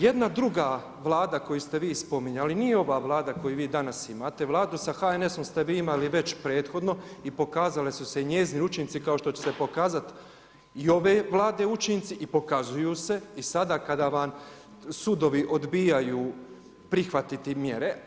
Jedna druga Vlada koju ste vi spominjali nije ova Vlada koju vi danas imate, Vladu sa HNS-om ste vi imali već prethodno i pokazale su se njezini učinci kao što će se pokazati ove Vlade učinci i pokazuju se, i sada kada vam sudovi odbijaju prihvatiti mjere.